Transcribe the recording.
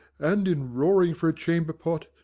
and, in roaring for a chamber-pot,